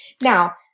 now